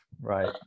right